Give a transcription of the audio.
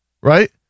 right